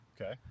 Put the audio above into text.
Okay